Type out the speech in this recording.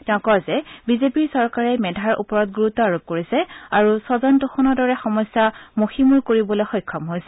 তেওঁ কয় যে বিজেপি চৰকাৰে মেধাৰ ওপৰত গুৰুত্ব আৰোপ কৰিছে আৰু স্বজন তোষণৰ দৰে সমস্যা মষিমুৰ কৰিবলৈ সক্ষম হৈছে